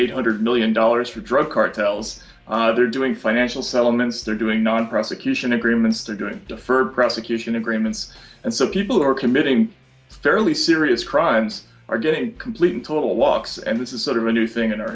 eight hundred million dollars for drug cartels they're doing financial settlements they're doing non prosecution agreements to do it deferred prosecution agreements and so people who are committing fairly serious crimes are getting a complete and total walks and this is sort of a new thing in our